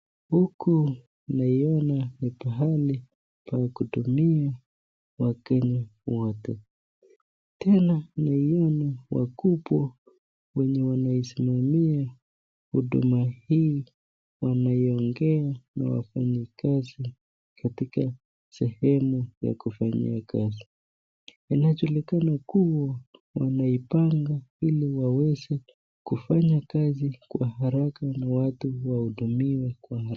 Huku naiona ni pahali pa kuhudumia wageni wote, tena naina wakubwa wenye wanasimamia huduma hii wanaongea na wafanyikazi katika sehemu ya kufanyia kazi, inajulikana kuwa wameipanga ili wawezenkufanya kazi kwa haraka na watu wahudumiwe kwa haraka.